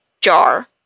jar